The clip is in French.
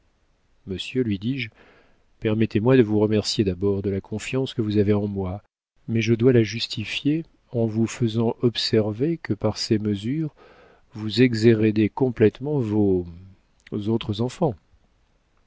monsieur lui dis-je permettez-moi de vous remercier d'abord de la confiance que vous avez en moi mais je dois la justifier en vous faisant observer que par ces mesures vous exhérédez complétement vos autres enfants